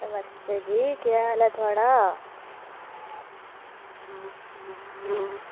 नमस्ते जी केह् हाल ऐ थुआढ़ा